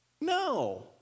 No